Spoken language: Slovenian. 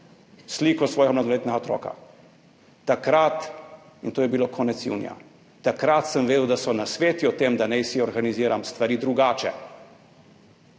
sliko svojega mladoletnega otroka. Takrat, in to je bilo konec junija, takrat sem vedel, da nasveti o tem, da naj si organiziram stvari drugače,